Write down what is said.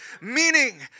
Meaning